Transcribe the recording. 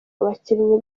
abakinnyi